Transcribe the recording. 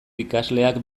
ikasleak